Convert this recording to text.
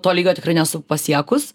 to lygio tikrai nesu pasiekus